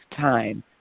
time